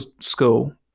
school